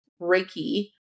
Reiki